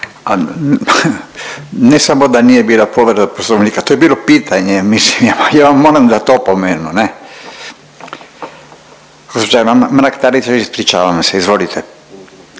ne samo da nije bila povreda Poslovnika, to je bilo pitanje, mislim ja vam, ja vam moram dat opomenu ne. Gđa. Mrak-Taritaš ispričavam vam se, izvolite.